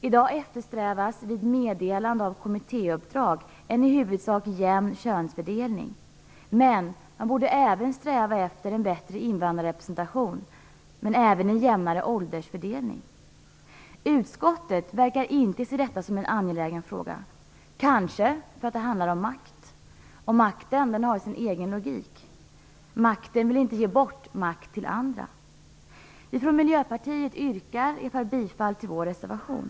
I dag eftersträvas vid meddelande av kommittéuppdrag en i huvudsak jämn könsfördelning. Men man borde även sträva efter en bättre invandrarrepresentation och också en jämnare åldersfördelning. Utskottet verkar inte se detta som en angelägen fråga, kanske därför att det handlar om makt, och makten har sin egen logik. Makten vill inte ge bort makt till andra. Vi från Miljöpartiet yrkar bifall till vår reservation.